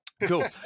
Cool